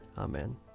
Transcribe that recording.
Amen